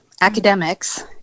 academics